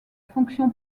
fonction